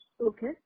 Okay